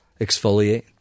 exfoliate